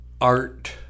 art